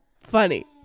funny